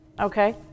Okay